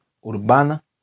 urbana